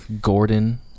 Gordon